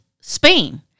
Spain